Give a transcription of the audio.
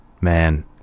man